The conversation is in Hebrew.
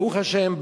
ברוך השם,